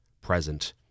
present